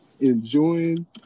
enjoying